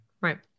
Right